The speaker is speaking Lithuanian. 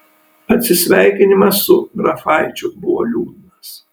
atsisveikinimas su grafaičiu buvo liūdnas